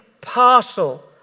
partial